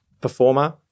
performer